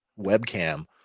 webcam